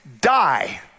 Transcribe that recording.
die